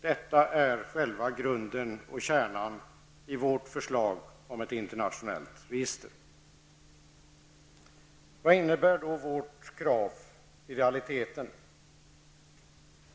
Detta är själva grunden och kärnan i vårt förslag om ett internationellt register. Vad innebär då vårt krav i realiteten?